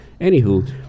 Anywho